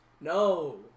No